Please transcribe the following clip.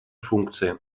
функции